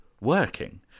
working